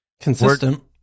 consistent